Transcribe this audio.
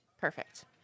perfect